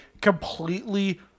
completely